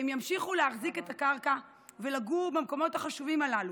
הם ימשיכו להחזיק את הקרקע ולגור במקומות החשובים הללו,